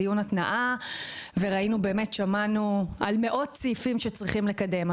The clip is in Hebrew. עשינו אתמול דיון התנעה ושמענו על מאות סעיפים שצריך לקדם,